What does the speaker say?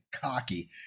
cocky